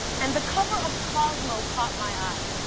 and the cover of cosmo caught my eye.